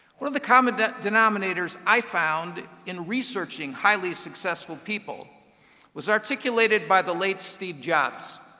one of the common denominators i found in researching highly-successful people was articulated by the late steve jobs.